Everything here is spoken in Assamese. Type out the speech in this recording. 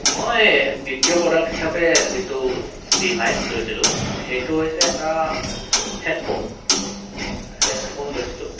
মই দ্বিতীয় প্ৰডাক্টছ হিচাপে যিটো ডিভাইচ লৈছিলোঁ সেইটো হৈছে এটা হেডফোন হেডফোন লৈছিলোঁ